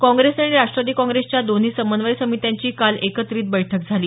काँग्रेस आणि राष्ट्रवादी काँग्रेसच्या दोन्ही समन्वय समित्यांची काल एकत्रित बैठक झाली